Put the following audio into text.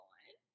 one